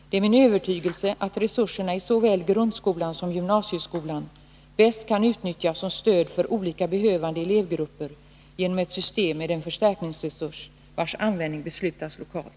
Det är min övertygelse att resurserna i såväl grundskolan som gymnasieskolan bäst kan utnyttjas som stöd för olika behövande elevgrupper genom ett system med en förstärkningsresurs vars användning beslutas lokalt.